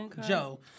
Joe